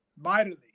mightily